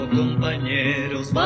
compañeros